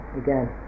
again